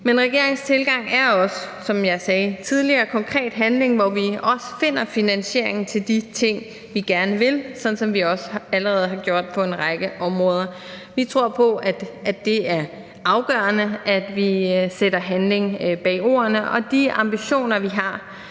Men regeringens tilgang er også, som jeg sagde tidligere, konkret handling, hvor vi finder finansieringen til de ting, vi gerne vil, sådan som vi allerede har gjort på en række områder. Vi tror på, det er afgørende, at vi sætter handling bag ordene, og at vi også